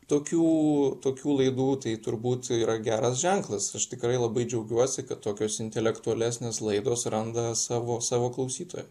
tokių tokių laidų tai turbūt yra geras ženklas aš tikrai labai džiaugiuosi kad tokios intelektualesnės laidos randa savo savo klausytoją